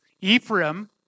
Ephraim